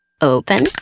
Open